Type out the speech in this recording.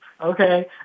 Okay